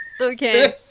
okay